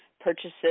purchases